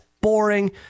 boring